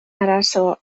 arazo